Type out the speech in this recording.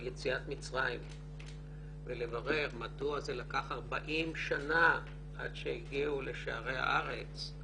יציאת מצרים ולברר מדוע זה לקח 40 שנה עד שהגיעו לשערי הארץ.